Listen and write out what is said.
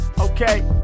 okay